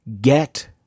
get